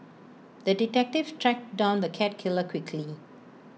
the detective tracked down the cat killer quickly